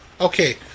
Okay